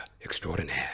extraordinaire